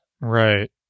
Right